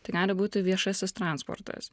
tai gali būti viešasis transportas